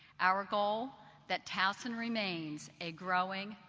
our goal that towson remains a growing,